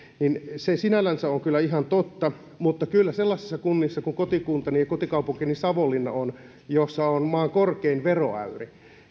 niin se sinällänsä on kyllä ihan totta mutta kyllä sellaisissa kunnissa kuin kotikaupungissani savonlinnassa jossa on maan korkein veroäyri